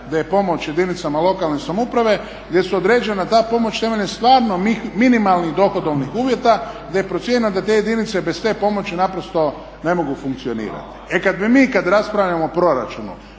da je pomoć jedinicama lokalne samouprave gdje su određena ta pomoć temeljem stvarno minimalnih dohodovnih uvjeta, gdje je procijenjeno da te jedinice bez te pomoći naprosto ne mogu funkcionirati. E kad bi mi kad raspravljamo o proračunu